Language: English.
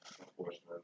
unfortunately